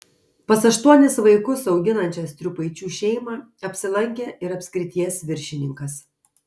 pas aštuonis vaikus auginančią striupaičių šeimą apsilankė ir apskrities viršininkas